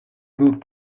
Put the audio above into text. would